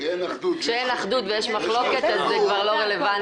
כשאין אחדות ויש מחלוקת, אז זה כבר לא רלוונטי.